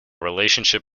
relationship